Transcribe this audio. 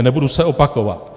Nebudu se opakovat.